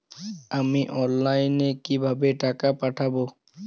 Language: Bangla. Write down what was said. আমি অনলাইনে কিভাবে টাকা পাঠাব?